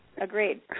Agreed